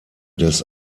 des